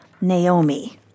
Naomi